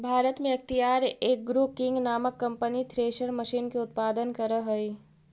भारत में अख्तियार Agro King नामक कम्पनी थ्रेसर मशीन के उत्पादन करऽ हई